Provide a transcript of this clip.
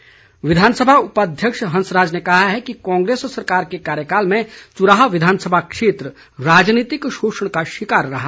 हंसराज विधानसभा उपाध्यक्ष हंसराज ने कहा है कि कांग्रेस सरकार के कार्यकाल में चुराह विधानसभा क्षेत्र राजनीतिक शोषण का शिकार रहा